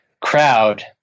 crowd